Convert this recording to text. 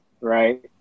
right